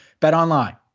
BetOnline